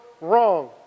wrong